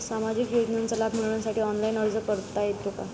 सामाजिक योजनांचा लाभ मिळवण्यासाठी ऑनलाइन अर्ज करता येतो का?